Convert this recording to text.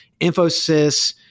Infosys